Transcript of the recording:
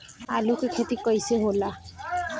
आलू के खेती कैसे होला?